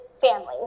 family